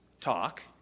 talk